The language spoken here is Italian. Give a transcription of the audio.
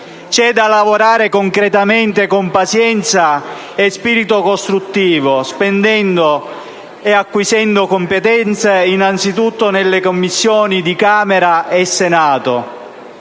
C'è da lavorare concretamente, con pazienza e spirito costruttivo, spendendo e acquisendo competenze innanzitutto nelle Commissioni di Camera e Senato».